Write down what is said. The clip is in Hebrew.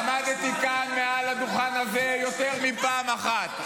עמדתי כאן מעל הדוכן הזה יותר מפעם אחת.